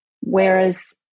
whereas